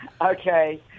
Okay